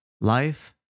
life